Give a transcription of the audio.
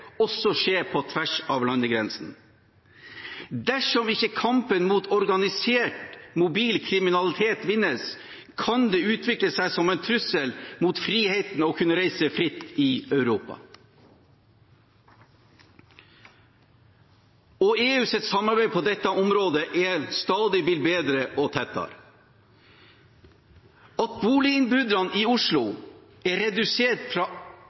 også skje på tvers av landegrensene. Dersom kampen mot organisert mobil kriminalitet ikke vinnes, kan det utvikle seg til en trussel mot friheten til å kunne reise fritt i Europa. EUs samarbeid på dette området er stadig blitt bedre og tettere. At boliginnbruddene i Oslo er redusert fra